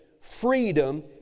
freedom